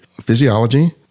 physiology